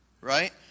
Right